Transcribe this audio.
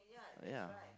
ya